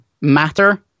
matter